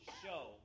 show